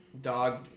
dog